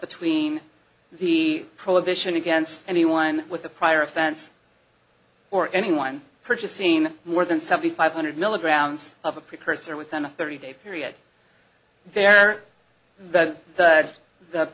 between the prohibition against anyone with a prior offense or anyone purchasing more than seventy five hundred milligrams of a precursor within a thirty day period there